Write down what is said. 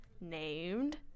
named